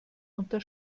unter